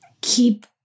keep